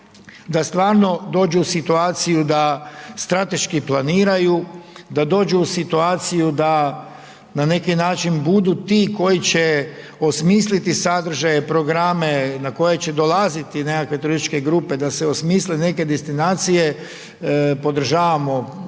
da stvarno dođu u situaciju da strateški planiraju, da dođu u situaciju da na neki način budu ti koji će osmisliti sadržaje, programe na koje će dolaziti nekakve turističke grupe, da se osmisle neke destinacije, podržavamo ove